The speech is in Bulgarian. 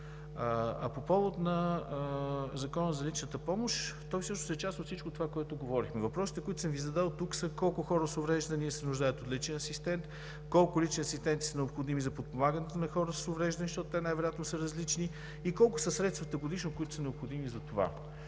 По повод на Закона за личната помощ – той всъщност е част от всичко онова, което говорихме. Въпросите, които съм Ви задал тук, са: колко хора с увреждания се нуждаят от личен асистент? Колко лични асистенти са необходими за подпомагането на хора с увреждания, защото те най-вероятно са различни? И колко са средствата годишно, които са необходими за това?